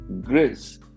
grace